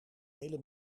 hele